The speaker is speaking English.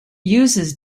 uses